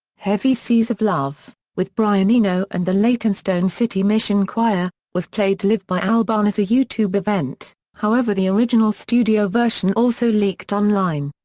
heavy seas of love, with brian eno and the leytonstone city mission choir, was played live by albarn at a youtube event, however the original studio version also leaked online.